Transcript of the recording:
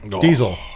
Diesel